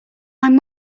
seen